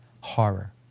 horror